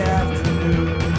afternoon